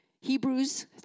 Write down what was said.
Hebrews